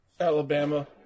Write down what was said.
Alabama